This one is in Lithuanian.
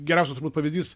geriausias turbūt pavyzdys